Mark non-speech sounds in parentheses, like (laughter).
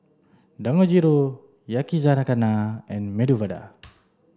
Dangojiru Yakizakana and Medu Vada (noise)